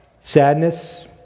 sadness